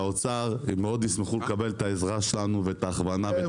האוצר מאוד ישמחו לקבל את העזרה שלנו ואת ההכוונה.